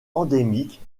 endémiques